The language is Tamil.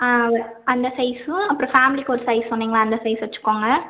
ஆ அது அந்த சைஸும் அப்புறம் ஃபேமிலிக்கு ஒரு சைஸ் சொன்னிங்களே அந்த சைஸ் வச்சிக்கோங்க